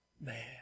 man